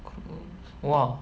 cruise !wow!